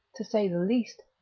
to say the least,